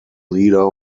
leader